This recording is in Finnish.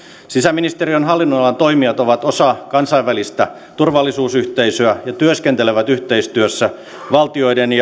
sisäministeriön hallinnonalan toimijat ovat osa kansainvälistä turvallisuusyhteisöä ja työskentelevät yhteistyössä valtioiden